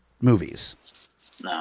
movies